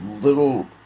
little